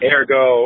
Ergo